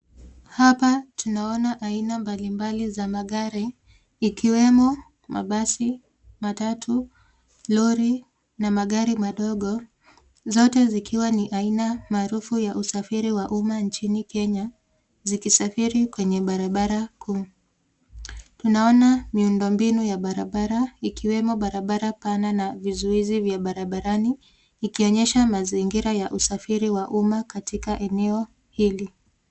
Hapa tunaona aina mbalimbali za magari ikiwemo mabasi, matatu, lori na magari madogo zote zikiwa ni aina maarufu ya usafiri wa umma nchini kenya zikisafiri kwenye barabara kuu. Tunaona miundombinu ya barabara ikiwemo barabara pana na vizuizi vya barabarani ikionyesha mazingira ya usafiri wa umma katika eneo hili.